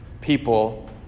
people